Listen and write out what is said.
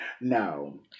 No